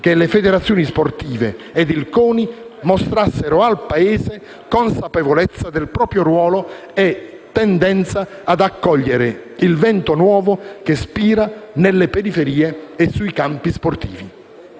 che le federazioni sportive e il CONI mostrassero al Paese consapevolezza del proprio ruolo e tendenza ad accogliere il vento nuovo che spira nelle periferie e sui campi sportivi.